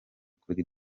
kuri